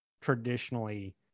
traditionally